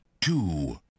two